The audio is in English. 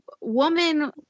woman